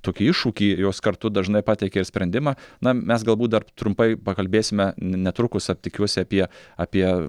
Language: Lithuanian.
tokį iššūkį jos kartu dažnai pateikia ir sprendimą na mes galbūt dar trumpai pakalbėsime netrukus tikiuosi apie apie